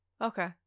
Okay